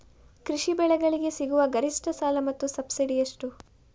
ಕೃಷಿ ಬೆಳೆಗಳಿಗೆ ಸಿಗುವ ಗರಿಷ್ಟ ಸಾಲ ಮತ್ತು ಸಬ್ಸಿಡಿ ಎಷ್ಟು?